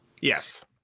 Yes